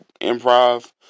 improv